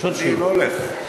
אני לא הולך.